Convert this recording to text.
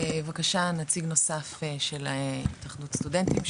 בבקשה, נציג נוסף של התאחדות הסטודנטים.